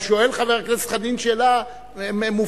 אבל שואל חבר הכנסת חנין שאלה מופלאה,